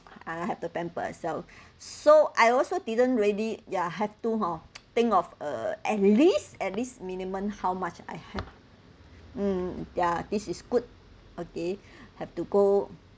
I have to pamper as well so I also didn't really ya have to hor think of a at least at least minimum how much I have mm ya this is good okay have to go